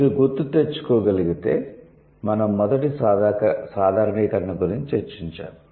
మీరు గుర్తు తెచ్చుకోగలిగితే మనం మొదటి సాధారణీకరణ గురించి చర్చించాము